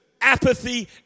apathy